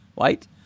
right